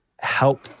help